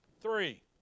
Three